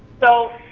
so